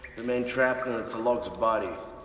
remain trapped in a tolok's body.